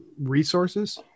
resources